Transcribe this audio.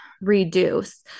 reduce